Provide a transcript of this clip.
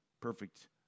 perfect